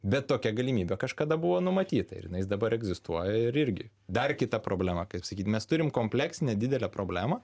bet tokia galimybe kažkada buvo numatyta ir jinai dabar egzistuoja ir irgi dar kita problema kaip sakyt mes turime kompleksinę didelę problemą